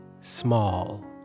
small